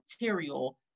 material